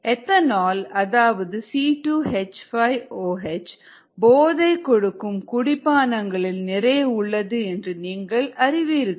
ethanol அதாவது C2H5OH போதை கொடுக்கும் குடிபானங்களில் நிறைய உள்ளது என்று நீங்கள் அறிவீர்கள்